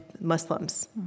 Muslims